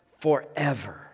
forever